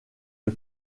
une